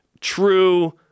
true